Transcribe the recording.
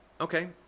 Okay